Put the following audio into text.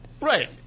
Right